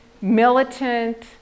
militant